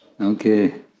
Okay